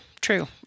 true